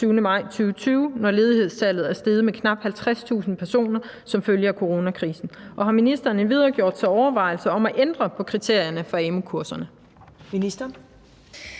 7. maj 2020, når ledighedstallet er steget med knap 50.000 personer som følge af coronakrisen, og har ministeren endvidere gjort sig overvejelser om at ændre på kriterierne for amu-kurserne?